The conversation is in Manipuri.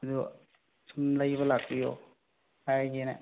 ꯑꯗꯨ ꯁꯨꯝ ꯂꯩꯕ ꯂꯥꯛꯄꯤꯌꯣ ꯍꯥꯏꯒꯦꯅ